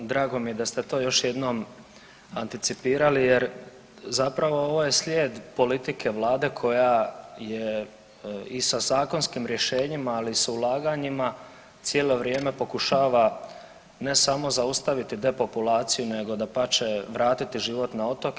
Evo drago mi je da ste to još jednom anticipirali jer zapravo ovo je slijed politike vlade koja je i sa zakonskim rješenjima, ali i s ulaganjima cijelo vrijeme pokušava ne samo zaustaviti depopulaciju nego dapače vratiti život na otoke.